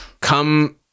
come